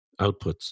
outputs